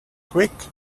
quick